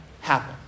happen